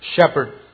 shepherd